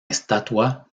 estatua